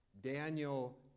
Daniel